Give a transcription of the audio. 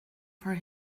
for